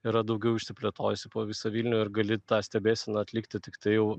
yra daugiau išsiplėtojusi po visą vilnių ir gali tą stebėseną atlikti tiktai jau